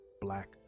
Black